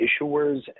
issuers